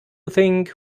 think